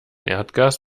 erdgas